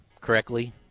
correctly